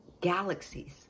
galaxies